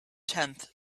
tenth